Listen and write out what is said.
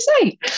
say